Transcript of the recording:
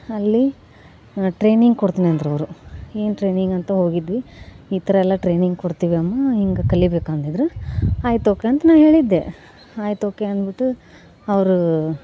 ಅಲ್ಲಿ ಅ ಟ್ರೈನಿಂಗ್ ಕೊಡ್ತೀನಂದ್ರು ಅವ್ರು ಏನು ಟ್ರೈನಿಂಗ್ ಅಂತ ಹೋಗಿದ್ವಿ ಈ ಥರ ಎಲ್ಲ ಟ್ರೈನಿಂಗ್ ಕೊಡ್ತೀವಿ ಅಮ್ಮ ಹಿಂಗೆ ಕಲಿಬೇಕು ಅಂದಿದ್ರು ಆಯ್ತು ಓಕೆ ಅಂತ ನಾನು ಹೇಳಿದ್ದೆ ಆಯ್ತು ಓಕೆ ಅಂದ್ಬಿಟ್ಟು ಅವರು